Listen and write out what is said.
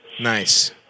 Nice